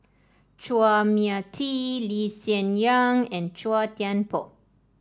Chua Mia Tee Lee Hsien Yang and Chua Thian Poh